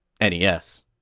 nes